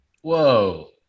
Whoa